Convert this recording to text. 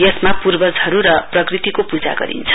यसमा पूर्वजहरु र प्रकृतिको पूजा गरिन्छ